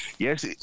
Yes